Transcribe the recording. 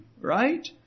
Right